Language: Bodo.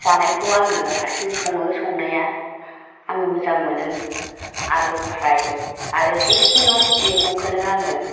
जानायखौ आङो हारसिं सङो संनाया आङो मोजां मोनो आलु फ्राय आरो जिखिनहख मैगंखौनो आङो